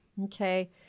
Okay